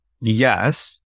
Yes